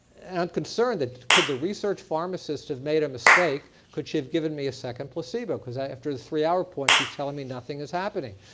and i'm concerned that could the research pharmacist have made a mistake? could she have given me a second placebo? because after the three hour point, she's telling me nothing is happening.